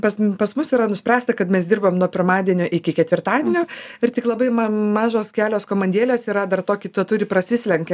pas pas mus yra nuspręsta kad mes dirbam nuo pirmadienio iki ketvirtadienio ir tik labai ma mažos kelios komandėlės yra dar tokį to turi prasislenkia